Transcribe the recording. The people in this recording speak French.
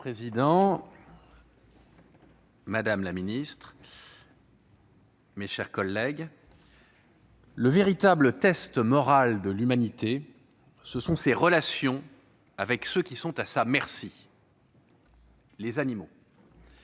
madame la secrétaire d'État, mes chers collègues, « le véritable test moral de l'humanité [...], ce sont ses relations avec ceux qui sont à sa merci : les animaux